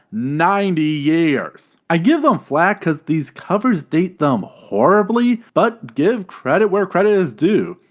ninety years. i give them flack cause these covers date them horribly but give credit were credit is due.